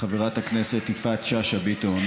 חברת הכנסת יפעת שאשא ביטון,